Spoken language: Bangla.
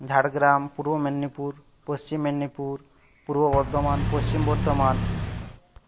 ঝাড়গ্রাম পূর্ব মেদিনীপুর পশ্চিম মেদিনীপুর পূর্ব বর্ধমান পশ্চিম বর্ধমান